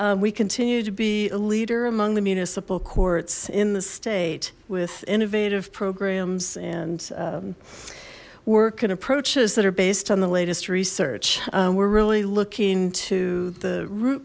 we continue to be a leader among the municipal courts in the state with innovative programs and work and approaches that are based on the latest research we're really looking to the root